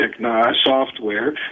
software